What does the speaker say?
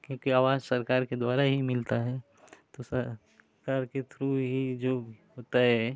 क्योंकि आवास सरकार के द्वारा ही मिलता है तो सरकार के थ्रू ही जो होता है